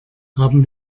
haben